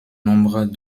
nombre